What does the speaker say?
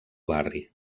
barri